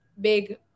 big